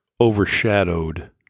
overshadowed